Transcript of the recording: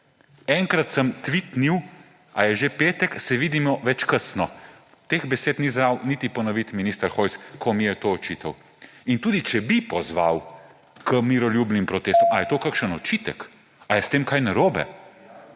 enkrat sem tvitnil: A je že petek? Se vidimo več k'sno. Teh besed ni znal minister Hojs niti ponoviti, ko mi je to očital. In tudi če bi pozval k miroljubnim protestom, ali je to kakšen očitek? Ali je s tem kaj narobe?